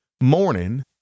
morning